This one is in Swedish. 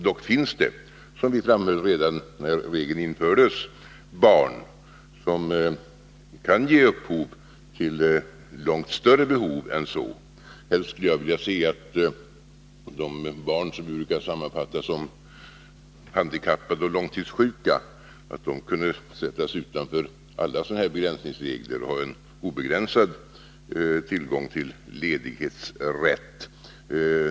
Dock finns det, som vi framhöll redan när regeln infördes, barn som kan ge upphov till långt större behov än så. Helst skulle jag vilja se att de barn som vi brukar sammanfatta som handikappade och långtidssjuka skulle ställas utanför alla begränsningsregler och att föräldrarna hade rätt till obegränsad ledighet.